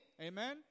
Amen